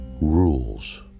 rules